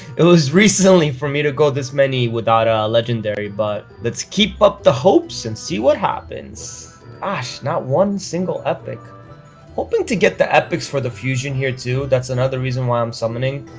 it was recently for me to go this many without a legendary but let's keep up the hopes and see what happens ah gosh, not one single epic hoping to get the epics for the fusion here, too. that's another reason why i'm summoning.